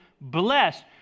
blessed